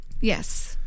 Yes